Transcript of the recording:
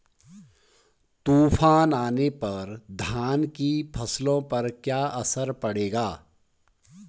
तूफान आने पर धान की फसलों पर क्या असर पड़ेगा?